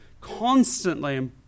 constantly